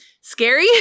scary